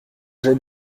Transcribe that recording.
jets